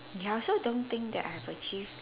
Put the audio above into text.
ya I also don't think that I have achieved